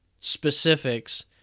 specifics